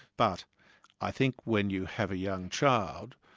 but i think when you have a young child,